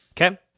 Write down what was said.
Okay